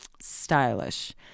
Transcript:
stylish